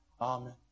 amen